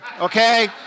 okay